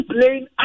playing